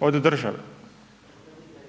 od države.